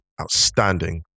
outstanding